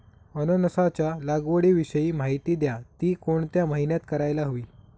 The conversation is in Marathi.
अननसाच्या लागवडीविषयी माहिती द्या, ति कोणत्या महिन्यात करायला हवी?